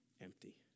empty